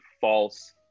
false